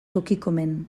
tokikomen